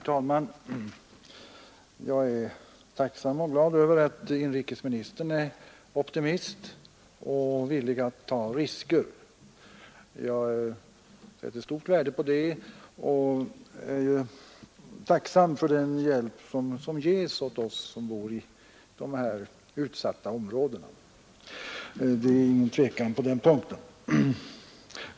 Herr talman! Jag är tacksam och glad över att inrikesministern är optimist och villig att ta risker. Jag sätter stort värde på det och är tacksam för den hjälp som ges åt oss som bor i de utsatta områdena. Det 69 råder ingen tvekan på den punkten.